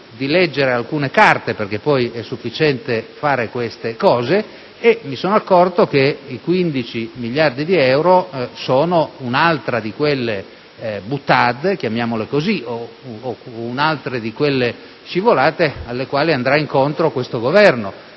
di leggere alcune carte, perché poi è sufficiente fare queste cose, e mi sono accorto che i 15 miliardi euro sono un'altra di quelle *boutade* o un'altra di quelle scivolate alle quali andrà incontro questo Governo